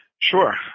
Sure